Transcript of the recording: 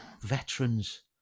veterans